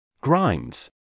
Grimes